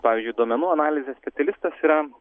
pavyzdžiui duomenų analizės specialistas yra